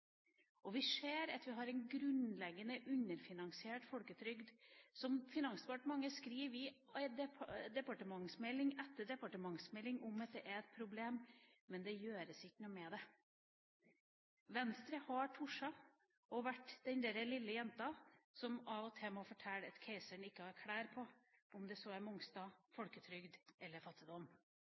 forskning. Vi ser at vi har en grunnleggende underfinansiert folketrygd, som Finansdepartementet skriver i departementsmelding etter departementsmelding at er et problem. Men det gjøres ikke noe med det. Venstre har turt å være den lille jenta som av og til må fortelle at keiseren ikke har klær på, om det så er Mongstad, folketrygd eller fattigdom.